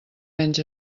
menys